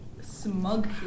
smug